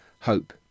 hope